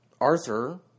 Arthur